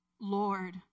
Lord